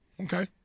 Okay